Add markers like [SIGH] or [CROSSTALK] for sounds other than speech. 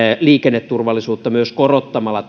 liikenneturvallisuutta myös korottamalla [UNINTELLIGIBLE]